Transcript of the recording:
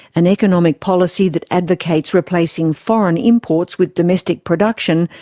an economic policy that advocates replacing foreign imports with domestic production,